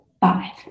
five